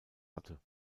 hatte